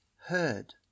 heard